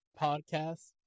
podcast